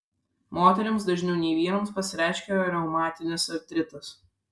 moterims dažniau nei vyrams pasireiškia reumatinis artritas